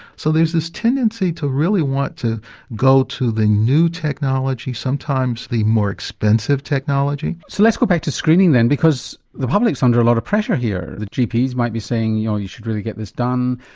so there's this tendency to really want to go to the new technology, sometimes the more expensive technology. so let's go back to screening then because the public is under a lot of pressure here. gps might be saying you know you should really get this done,